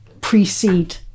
precede